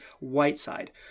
Whiteside